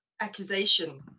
accusation